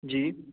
ਜੀ